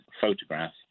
photograph